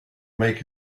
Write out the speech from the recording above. make